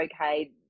okay